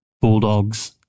Bulldogs